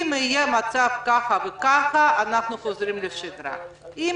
אם יהיה מצב כזה וכזה אנחנו חוזרים לשגרה; אם